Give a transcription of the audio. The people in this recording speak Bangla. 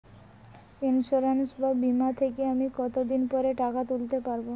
ইন্সুরেন্স বা বিমা থেকে আমি কত দিন পরে টাকা তুলতে পারব?